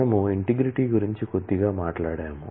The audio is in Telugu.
మనము ఇంటిగ్రిటీ గురించి కొద్దిగా మాట్లాడాము